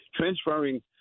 transferring